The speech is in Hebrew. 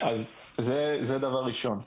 דבר שני.